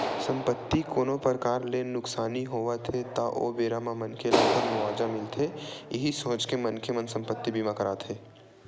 संपत्ति कोनो परकार ले नुकसानी होवत हे ता ओ बेरा म मनखे ल ओखर मुवाजा मिलथे इहीं सोच के मनखे मन संपत्ति बीमा कराथे